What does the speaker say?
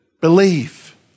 believe